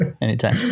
Anytime